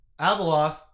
Abeloth